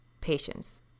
patience